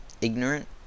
ignorant